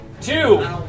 Two